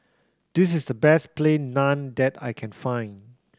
this is the best Plain Naan that I can find